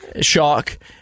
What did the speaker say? Shock